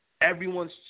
everyone's